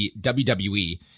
WWE